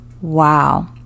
Wow